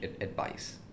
advice